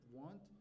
want